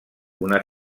una